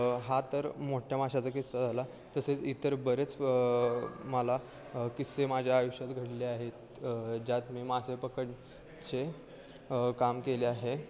हा तर मोठ्या माशाचा किस्सा झाला तसेच इतर बरेच मला किस्से माझ्या आयुष्यात घडले आहेत ज्यात मी मासे पकडायचे काम केले आहे